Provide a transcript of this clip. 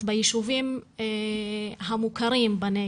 ברהט, עיר של 70,000 תושבים אנחנו מדברים על